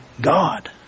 God